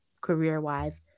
career-wise